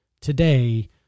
today